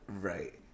Right